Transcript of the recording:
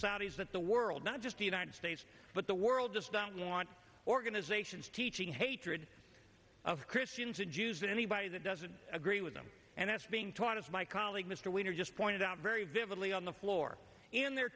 saudis that the world not just the united states but the world just don't want organizations teaching hatred of christians and jews and anybody that doesn't agree with them and that's being taught as my colleague mr winter just pointed out very vividly on the floor in their